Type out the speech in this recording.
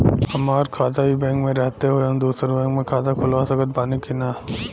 हमार खाता ई बैंक मे रहते हुये हम दोसर बैंक मे खाता खुलवा सकत बानी की ना?